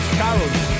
carrots